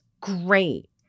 great